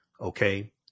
okay